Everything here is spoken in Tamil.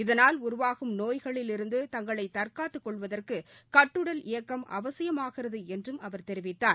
இதனால் உருவாகும் நோய்களிலிருந்து தங்களை தற்காத்துக் கொள்வதற்கு கட்டுடல் இயக்கம் அவசியமாகிறது என்றும் அவர் தெரிவித்தார்